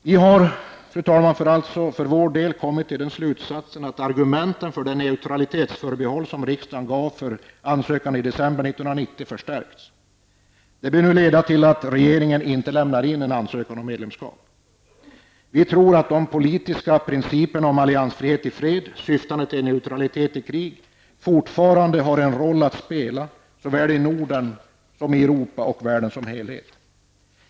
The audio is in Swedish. Vi för vår del har alltså dragit slutsatsen att argumenten för det neutralitetsförbehåll som riksdagen gjorde för ansökan i december 1990 har förstärkts. Det bör nu leda till att regeringen inte lämnar in en ansökan om medlemskap. Vi tror att de politiska principerna om alliansfrihet i fred syftande till neutralitet i krig fortfarande har en roll att spela i såväl Norden som Europa och världen som helhet.